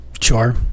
Sure